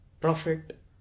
Prophet